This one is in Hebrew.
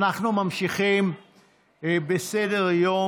אנחנו ממשיכים בסדר-היום,